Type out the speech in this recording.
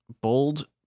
Bold